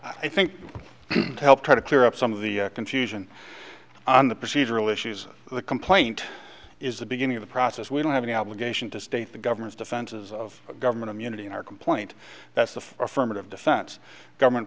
i think helped try to clear up some of the confusion on the procedural issues the complaint is the beginning of the process we don't have any obligation to state the government's defenses of government immunity in our complaint that's the affirmative defense government